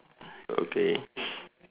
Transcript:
okay